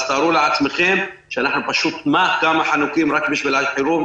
אז תארו לעצמכם כמה אנחנו חנוקים בשעת חירום.